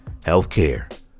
healthcare